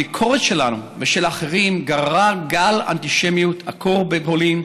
הביקורת שלנו ושל אחרים גררה גל אנטישמיות עכור בפולין,